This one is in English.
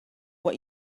what